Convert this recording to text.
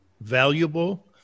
valuable